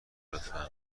لطفا